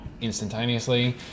instantaneously